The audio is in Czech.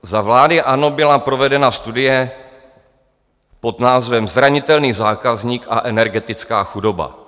Za vlády ANO byla provedena studie pod názvem Zranitelný zákazník a energetická chudoba.